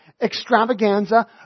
extravaganza